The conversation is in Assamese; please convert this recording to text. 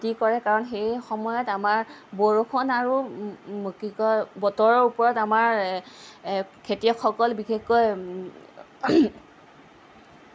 কৰে কাৰণ সেই সময়ত আমাৰ বৰষুণ আৰু কি কয় বতৰৰ ওপৰত আমাৰ খেতিয়কসকল বিশেষকৈ